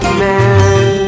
man